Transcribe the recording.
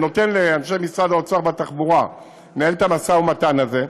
אני נותן לאנשי משרד האוצר והתחבורה לנהל את המשא ומתן הזה.